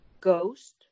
ghost